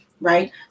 right